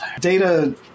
Data